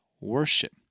worship